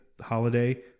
holiday